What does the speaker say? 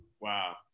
Wow